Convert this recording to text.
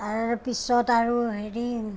তাৰ পিছত আৰু হেৰি